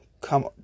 come